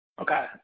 Okay